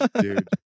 dude